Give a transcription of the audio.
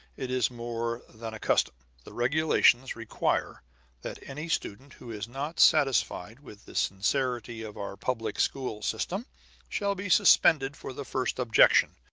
it is more than a custom the regulations require that any student who is not satisfied with the sincerity of our public school system shall be suspended for the first objection,